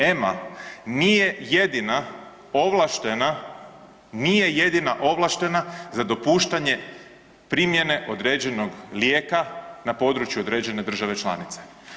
EMA nije jedina ovlaštena, nije jedina ovlaštena za dopuštanje primjene određenog lijeka na području određene države članice.